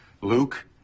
Luke